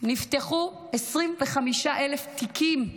נפתחו 25,000 תיקים.